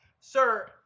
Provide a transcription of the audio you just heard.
Sir